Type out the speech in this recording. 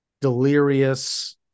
delirious